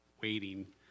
waiting